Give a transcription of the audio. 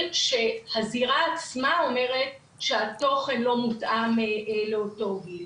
שהזירה עצמה אומרת שהתוכן לא מותאם לאותו הגיל.